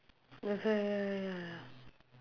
that's why ya ya ya ya